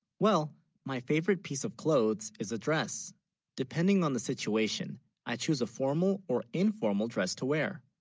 well my, favorite piece of clothes is a dress depending on the situation i choose a formal or informal dress to, wear?